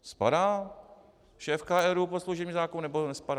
Spadá šéfka ERÚ pod služební zákon, nebo nespadá?